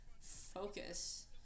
focus